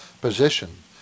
position